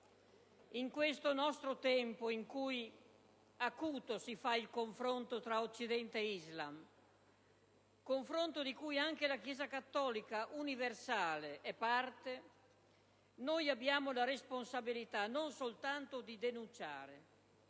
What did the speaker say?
In questo nostro tempo in cui acuto si fa il confronto tra Occidente e Islam, confronto di cui anche la Chiesa cattolica universale è parte, abbiamo non soltanto la responsabilità di denunciare,